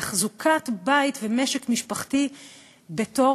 תחזוקת בית ומשק משפחתי בתור,